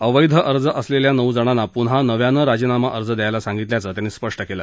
अवैध अर्ज असलेल्या नऊ जणांना पुन्हा नव्यानं राजीनामाअर्ज द्यायला सांगितल्याचं त्यांनी स्पष्ट केलं